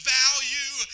value